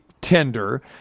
tender